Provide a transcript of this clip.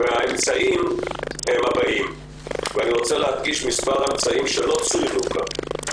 אני רוצה להדגיש מספר אמצעים שלא צוינו כאן.